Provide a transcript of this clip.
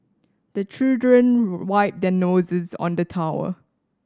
the children wipe their noses on the towel